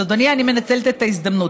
אז, אדוני, אני מנצלת את ההזדמנות.